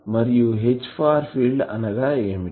మరియు H far field అనగా ఏమిటి